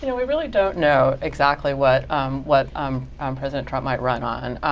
you know we really don't know exactly what um what um um president trump might run on.